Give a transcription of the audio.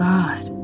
God